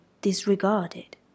disregarded